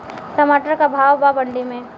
टमाटर का भाव बा मंडी मे?